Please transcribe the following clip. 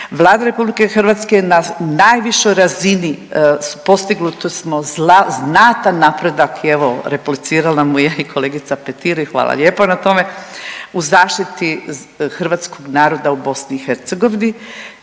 Vlada Republike Hrvatske je na najvišoj razini postigli smo znatan napredak i evo replicirala mu je i kolegica Petir i hvala lijepa na tome u zaštiti hrvatskog naroda u BiH.